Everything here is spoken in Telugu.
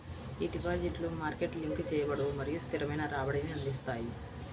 ఈ డిపాజిట్లు మార్కెట్ లింక్ చేయబడవు మరియు స్థిరమైన రాబడిని అందిస్తాయి